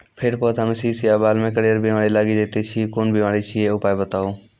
फेर पौधामें शीश या बाल मे करियर बिमारी लागि जाति छै कून बिमारी छियै, उपाय बताऊ?